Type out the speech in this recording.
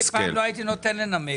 אני פותח את ישיבת ועדת הכספים.